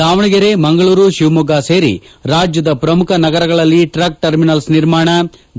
ದಾವಣಗೆರೆ ಮಂಗಳೂರು ಶಿವಮೊಗ್ಗ ಸೇರಿ ರಾಜ್ಯದ ಪ್ರಮುಖ ನಗರಗಳಲ್ಲಿ ಟ್ರಕ್ ಟರ್ಮಿನಲ್ಲ್ ನಿರ್ಮಾಣ ಡಿ